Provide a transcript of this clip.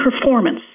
performance